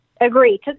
Agree